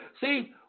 See